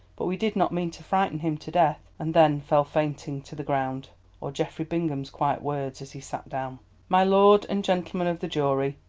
but we did not mean to frighten him to death, and then fell fainting to the ground or geoffrey bingham's quiet words as he sat down my lord and gentlemen of the jury,